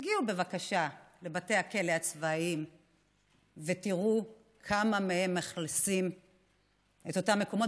תגיעו בבקשה לבתי הכלא הצבאיים ותראו כמה מהם מאכלסים את אותם מקומות,